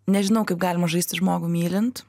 nežinau kaip galima žaisti žmogų mylint